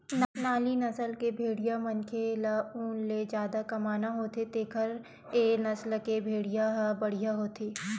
नाली नसल के भेड़िया मनखे ल ऊन ले जादा कमाना होथे तेखर ए नसल के भेड़िया ह बड़िहा होथे